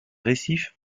récifs